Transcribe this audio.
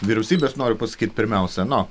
vyriausybes noriu pasakyt pirmiausia nu